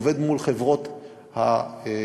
עובד מול חברות הביצוע.